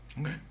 Okay